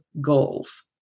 goals